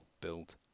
build